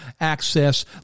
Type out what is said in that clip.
access